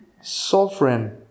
sovereign